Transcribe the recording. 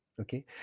Okay